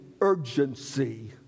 urgency